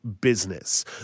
business